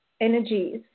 energies